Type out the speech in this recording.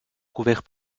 couvert